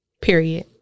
Period